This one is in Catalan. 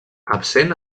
absent